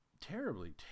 terribly